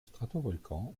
stratovolcan